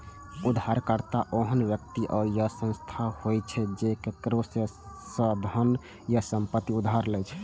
उधारकर्ता ओहन व्यक्ति या संस्था होइ छै, जे केकरो सं धन या संपत्ति उधार लै छै